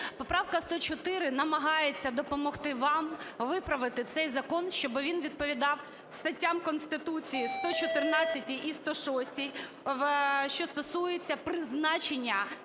Поправка 104 намагається допомогти вам виправити цей закон, щоб він відповідав статтям Конституції 114-й і 106-й, що стосується призначення